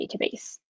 database